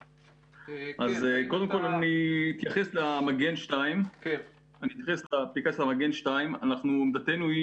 קודם כל אתייחס לאפליקציית מגן 2. עמדתנו היא